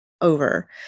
over